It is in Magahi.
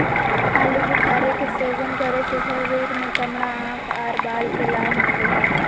आलू बुखारे के सेवन करे से शरीर के चमड़ा, आंख आर बाल के लाभ मिलो हय